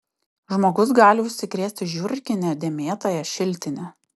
žmogus gali užsikrėsti žiurkine dėmėtąja šiltine